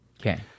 Okay